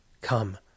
Come